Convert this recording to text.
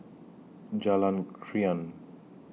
Jalan Krian